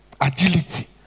Agility